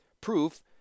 Proof